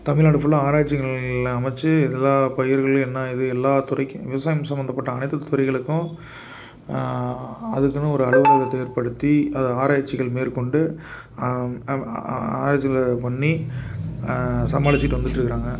தமிழ்நாடு ஃபுல்லாக ஆராய்ச்சி நிலையங்களை அமைச்சு எல்லா பயிர்களும் என்ன இது எல்லா துறைக்கும் விவசாயம் சம்மந்தப்பட்ட அனைத்து துறைகளுக்கும் அதுக்குன்னு ஒரு அலுவலகத்தை ஏற்படுத்தி அதை ஆராய்ச்சிகள் மேற்கொண்டு ஆராய்ச்சிகள் பண்ணி சமாளிச்சிகிட்டு வந்துகிட்டு இருக்கிறாங்க